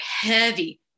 heavy